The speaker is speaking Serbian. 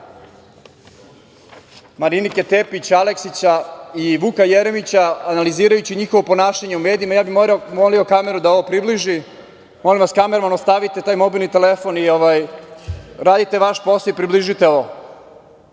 Marinike Tepić, Aleksića i Vuka Jeremića, analizirajući njihovo ponašanje u medijima. Ja bih molio kameru da ovo približi. Molim vas, kamerman, ostavite taj mobilni telefon i radite vaš posao i približite